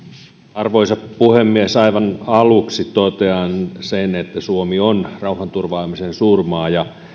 arvoisa puhemies aivan aluksi totean sen että suomi on rauhanturvaamisen suurmaa